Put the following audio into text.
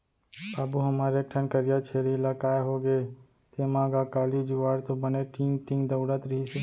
बाबू हमर एक ठन करिया छेरी ला काय होगे तेंमा गा, काली जुवार तो बने टींग टींग दउड़त रिहिस हे